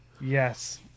yes